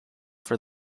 for